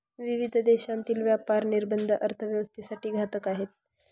विविध देशांतील व्यापार निर्बंध अर्थव्यवस्थेसाठी घातक आहेत